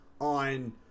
on